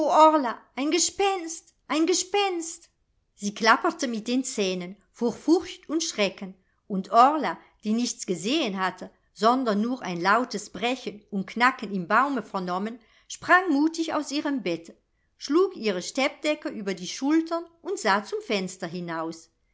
ein gespenst ein gespenst sie klapperte mit den zähnen vor furcht und schrecken und orla die nichts gesehen hatte sondern nur ein lautes brechen und knacken im baume vernommen sprang mutig aus ihrem bette schlug ihre steppdecke über die schultern und sah zum fenster hinaus